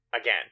again